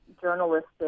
journalistic